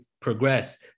progress